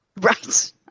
Right